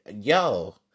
yo